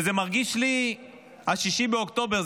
זה מרגיש לי 6 באוקטובר,